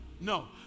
No